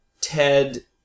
Ted